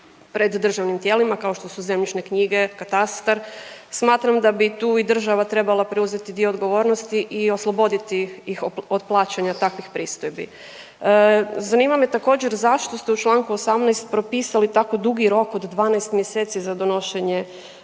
pred državnim tijelima kao što su zemljišne knjige i katastar. Smatram da bi tu i država trebala preuzeti dio odgovornosti i osloboditi ih od plaćanja takvih pristojbi. Zanima me također zašto ste u čl. 18. propisali tako dugi rok od 12 mjeseci za donošenje